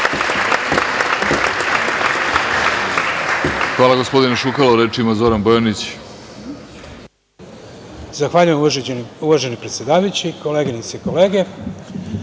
Hvala, gospodine Šukalo. Reč ima Zoran Bojanić.